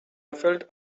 felt